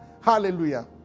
Hallelujah